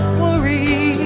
worry